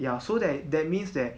ya so that that means that